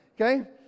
Okay